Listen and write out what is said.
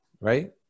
right